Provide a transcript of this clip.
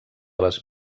les